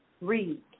read